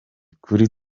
kuri